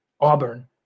Auburn